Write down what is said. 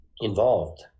involved